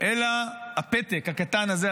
אלא הפתק הקטן הזה,